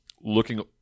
looking